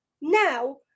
now